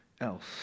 else